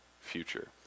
future